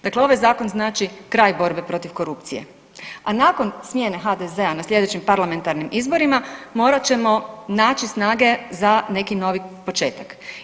Dakle ovaj zakon znači kraj borbe protiv korupcije, a nakon smjene HDZ-a na sljedećim parlamentarnim izborima morat ćemo naći snage za neki novi početak.